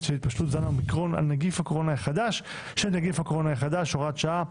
של התפשטות זן אומיקרון של נגיף הקורונה החדש (הוראת שעה),